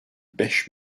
beş